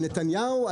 נתניהו,